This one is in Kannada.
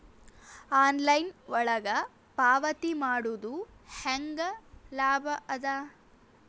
ಆನ್ಲೈನ್ ಒಳಗ ಪಾವತಿ ಮಾಡುದು ಹ್ಯಾಂಗ ಲಾಭ ಆದ?